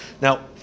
Now